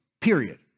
Period